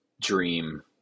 dream